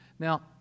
Now